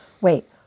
Wait